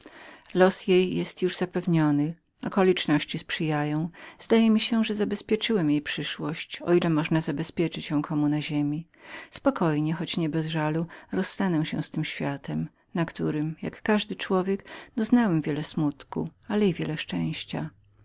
los jej jest już zapewnionym okoliczności jej sprzyjają zdaje mi się że zabezpieczyłem jej przyszłość o ile można zabezpieczyć ją komu na ziemi spokojnie choć nie bez żalu rozstanę się z tym światem na którym jak każdy człowiek doznałem wiele smutku ale i szczęścia